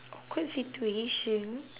awkward situation